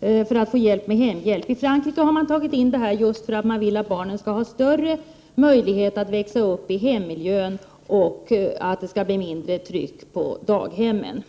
så att man kan ordna hemhjälp. I Frankrike har man tagit in detta just för att man vill att barnen skall ha större möjlighet att växa upp i hemmiljön och att det skall bli mindre tryck på daghemmen.